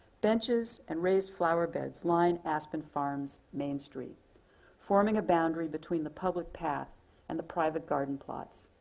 benches and raised flower beds line aspen farm's main street forming a boundary between the public path and the private garden plots.